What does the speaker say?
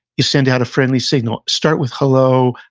you send out a friendly signal start with, hello,